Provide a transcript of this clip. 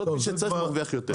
בסוף מי שצריך מרוויח יותר.